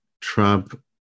trump